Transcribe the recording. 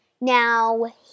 Now